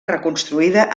reconstruïda